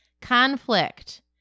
Conflict